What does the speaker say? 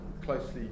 closely